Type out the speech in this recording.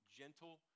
gentle